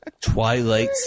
Twilight